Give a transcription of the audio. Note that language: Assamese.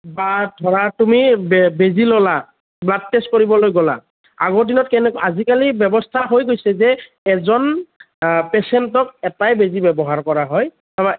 বা ধৰা তুমি বে বেজী ল'লা ব্লাড টেষ্ট কৰিবলৈ গ'লা আগৰ দিনত কেনে আজি কালি ব্যৱস্থা হৈ গৈছে যে এজন পেচেণ্টক এটাই বেজী ব্যৱহাৰ কৰা হয়